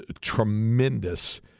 tremendous